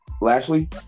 Lashley